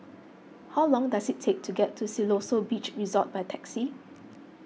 how long does it take to get to Siloso Beach Resort by taxi